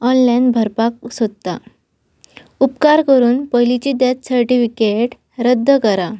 online भरपाक सोदता उपकार करून पयलींची डॅथ सर्टिफिकेट रद्द करा